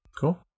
Cool